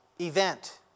event